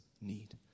need